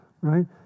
right